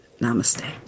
Namaste